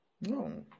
No